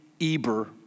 Eber